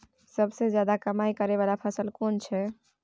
सबसे ज्यादा कमाई करै वाला फसल कोन छै?